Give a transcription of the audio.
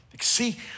See